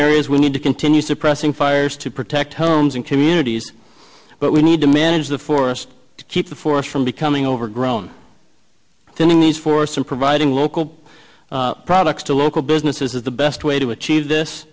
areas we need to continue suppressing fires to protect homes and communities but we need to manage the forest to keep the forest from becoming overgrown sending these forests and providing local products to local businesses is the best way to achieve this